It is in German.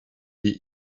die